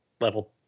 level